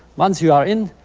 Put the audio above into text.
once you are in,